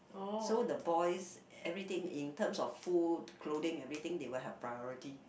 so the boys everything in terms of food clothing everything they will have priority